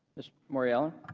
ms. mauriello,